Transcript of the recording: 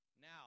Now